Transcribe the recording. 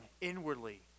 inwardly